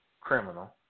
criminal